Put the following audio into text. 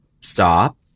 stop